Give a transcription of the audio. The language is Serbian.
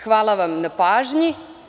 Hvala vam na pažnji.